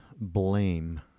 blame